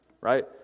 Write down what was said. right